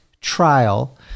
trial